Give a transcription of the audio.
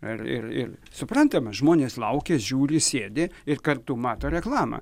ir ir suprantama žmonės laukia žiūri sėdi ir kartu mato reklamą